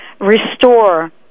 restore